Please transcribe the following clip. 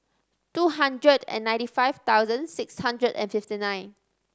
two hundred and ninety five thousand six hundred and fifty nine